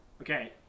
Okay